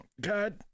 god